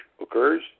occurs